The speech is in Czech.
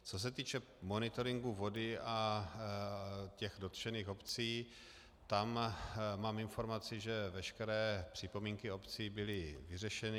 Co se týče monitoringu vody a těch dotčených obcí, tam mám informaci, že veškeré připomínky obcí byly vyřešeny.